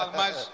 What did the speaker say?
mas